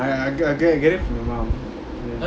ya I I I get it from my mom